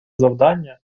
завдання